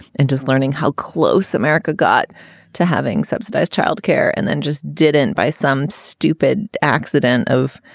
and just learning how close america got to having subsidized child care and then just didn't buy some stupid accident of,